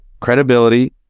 credibility